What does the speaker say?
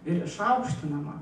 ir išaukštinama